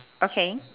okay